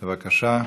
בבקשה.